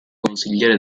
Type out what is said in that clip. consigliere